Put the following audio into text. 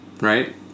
Right